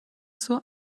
zur